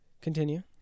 Continue